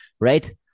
right